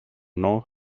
know